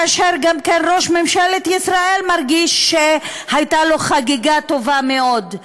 וגם ראש ממשלת ישראל מרגיש שהייתה לו חגיגה טובה מאוד.